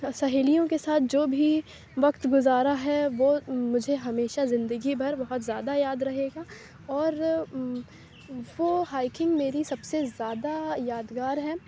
سہیلیوں کے ساتھ جو بھی وقت گُزارا ہے وہ مجھے ہمیشہ زندگی بھر وہ بہت زیادہ یاد رہے گا اور وہ ہائیکنگ میری سب سے زیادہ یادگار ہے